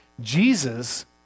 Jesus